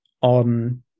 on